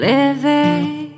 Living